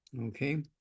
okay